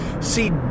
see